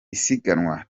isiganwa